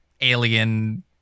alien